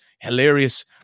hilarious